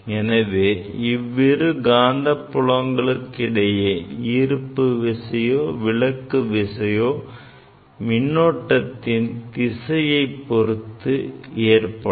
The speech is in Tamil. எனவே இவ்விரு காந்தப்புலங்களுக்கு இடையே ஈர்ப்பு விசையோ விலக்கு விசையோ மின்னோட்டத்தின் திசையைப் பொறுத்து ஏற்படும்